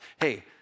hey